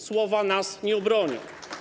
Słowa nas nie obronią.